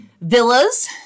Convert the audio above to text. Villas